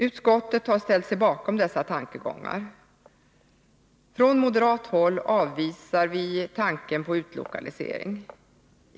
Utskottet har ställt sig bakom dessa tankegångar. Från moderat håll avvisar vi tanken på utlokalisering.